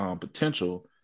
potential